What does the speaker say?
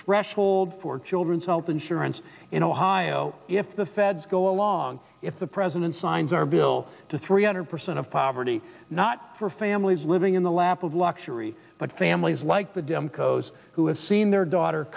threshold for children's health insurance in ohio if the feds go along if the president signs our bill to three hundred percent of poverty not for families living in the lap of luxury but families like the dim co's who have seen their daughter